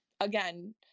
again